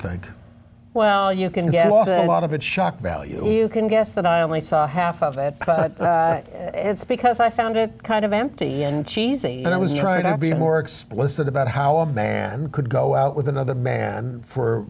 think well you can get a lot of shock value you can guess that i only saw half of it it's because i found it kind of empty and cheesy but i was trying to be more explicit about how a band could go out with another ban